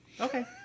Okay